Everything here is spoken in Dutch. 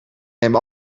neem